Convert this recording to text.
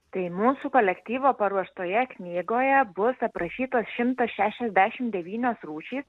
tai mūsų kolektyvo paruoštoje knygoje bus aprašytos šimtas šešiasdešim devynios rūšys